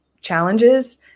challenges